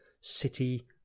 City